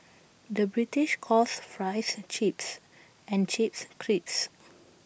the British calls Fries Chips and Chips Crisps